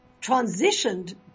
transitioned